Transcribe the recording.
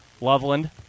Loveland